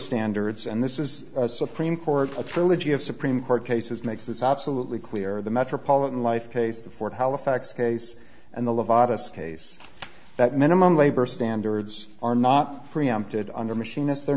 standards and this is supreme court a trilogy of supreme court cases makes this absolutely clear the metropolitan life case the fourth halifax case and the levada us case that minimum labor standards are not preempted under machinist's they're